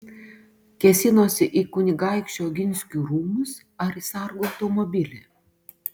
kėsinosi į kunigaikščių oginskių rūmus ar į sargo automobilį